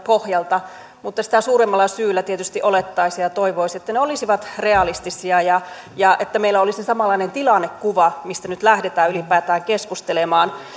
pohjalta mutta sitä suuremmalla syyllä tietysti olettaisi ja ja toivoisi että ne olisivat realistisia ja ja että meillä olisi samanlainen tilannekuva mistä nyt lähdetään ylipäätään keskustelemaan